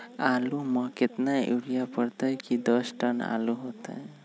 आलु म केतना यूरिया परतई की दस टन आलु होतई?